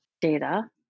data